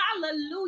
Hallelujah